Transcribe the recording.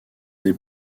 des